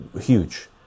huge